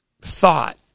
thought